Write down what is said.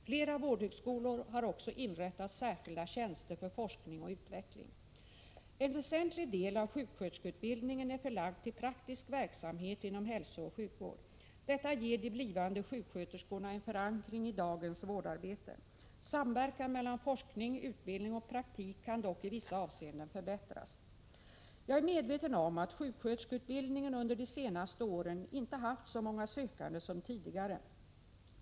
Flera vårdhögskolor har också inrättat särskilda tjänster för forskning och utveckling. En väsentlig del av sjuksköterskeutbildningen är förlagd till praktisk verksamhet inom hälsooch sjukvård. Detta ger de blivande sjuksköterskorna en god förankring i dagens vårdarbete. Samverkan mellan forskning, utbildning och praktik kan dock i vissa avseenden förbättras. Jag är medveten om att sjuksköterskeutbildningen under de senaste åren inte haft så många sökande som tidigare.